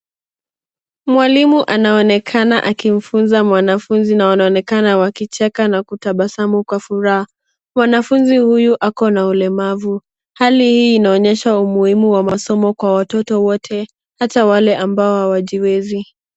Mwalimu anaonekana akimfunza mwanafuzi na wanaonekana wakicheka na kutabasamu kwa furaha. Mwanafuzi huyu akona ulemavu. Hali hii inaonyesha umuhimu wa masomo kwa watoto wote ata wale ambao hawajiwezi.